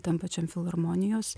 tam pačiam filharmonijos